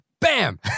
bam